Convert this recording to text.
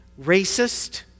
racist